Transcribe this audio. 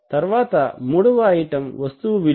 తరువాత మూడవ ఐటెమ్ వస్తువు విలువ